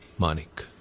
manik,